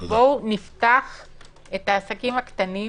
בואו נפתח את העסקים הקטנים